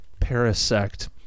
Parasect